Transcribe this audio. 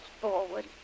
forward